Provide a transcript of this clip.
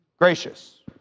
gracious